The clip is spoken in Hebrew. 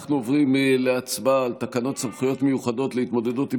אנחנו עוברים להצבעה על תקנות סמכויות מיוחדות להתמודדות עם